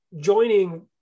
joining